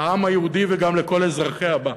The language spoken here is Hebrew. לעם היהודי וגם לכל אזרחיה בה,